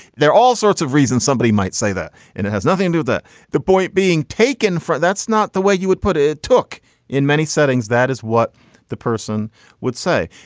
there are all sorts of reasons somebody might say that. and it has nothing to the the point being taken for. that's not the way you would put it took in many settings. that is what the person would say.